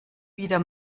wieder